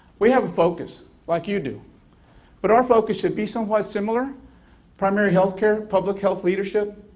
we have a focus like you do but our focus should be somewhat similar primary health care, public health leadership,